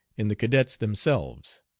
in the cadets themselves.